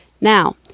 Now